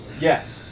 Yes